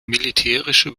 militärische